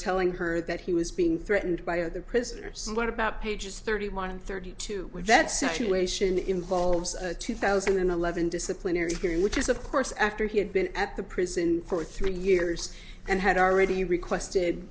telling her that he was being threatened by the prisoners what about pages thirty one and thirty two with that situation involves a two thousand and eleven disciplinary hearing which is of course after he had been at the prison for three years and had already requested